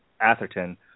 Atherton